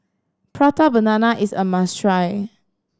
Prata Banana is a must try